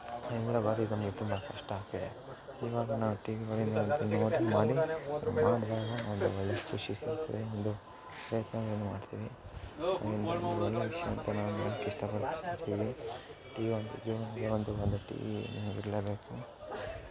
ಹಿಂದಿನ ಬಾರಿ ನಮಗೆ ತುಂಬ ಕಷ್ಟ ಆಗ್ತಿದೆ ಇವಾಗ ನಾವು ಟಿವಿಗಳಿಂದಂತೂ ನೋಡಿ ಮಾಡಿ ಮಾಡಿದಾಗ ಒಂದು ಒಳ್ಳೆ ಖುಷಿ ಸಿಕ್ತದೆ ಒಂದು ಪ್ರಯತ್ನವೇನು ಮಾಡ್ತೀವಿ ಇವೆಲ್ಲ ಒಂದು ಒಳ್ಳೆಯ ವಿಷಯ ಅಂತ ನಾನು ಹೇಳೋಕೆ ಇಷ್ಟಪಡ್ತೀನಿ ಟಿವಿ ಒಂದು ಜೀವನದ ಒಂದು ಒಂದು ಟಿವಿ ಅನ್ನೋದು ಇರಲೇಬೇಕು